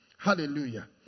Hallelujah